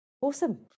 awesome